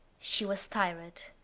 she was tired.